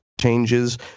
changes